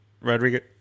Rodriguez